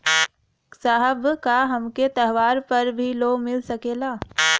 साहब का हमके त्योहार पर भी लों मिल सकेला?